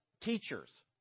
teachers